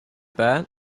that